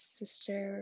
sister